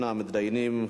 ראשון המתדיינים,